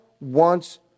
wants